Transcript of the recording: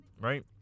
right